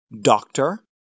doctor